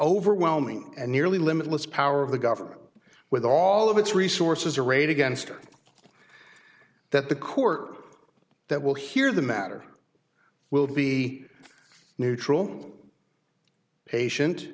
overwhelming nearly limitless power of the government with all of its resources arrayed against her that the court that will hear the matter will be neutral patient